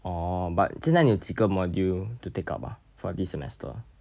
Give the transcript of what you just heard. orh but 现在你有几个 module to take up for this semester